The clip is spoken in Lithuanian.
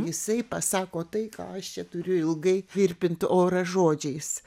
jisai pasako tai ką aš čia turiu ilgai virpint orą žodžiais